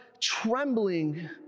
trembling